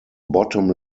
bottom